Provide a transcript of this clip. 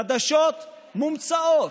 חדשות מומצאות.